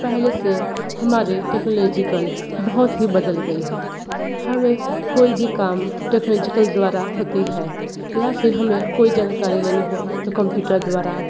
पहले से हमारे टेक्नोलॉजीकल बहुत ही बदल गई है हमें कोई भी काम टेक्नोलॉजीकल द्वारा होती है या फिर हमें कोई जानकारी लेनी हो तो कम्प्यूटर द्वारा